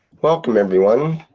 welcome everyone,